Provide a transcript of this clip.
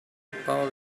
about